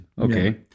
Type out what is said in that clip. Okay